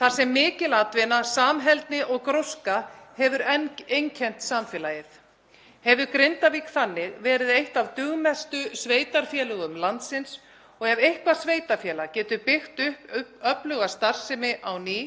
þar sem mikil atvinna, samheldni og gróska hefur einkennt samfélagið. Hefur Grindavík þannig verið eitt af dugmestu sveitarfélögum landsins og ef eitthvert sveitarfélag getur byggt upp öfluga starfsemi á ný